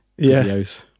videos